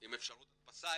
עם אפשרות הדפסה,